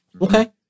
Okay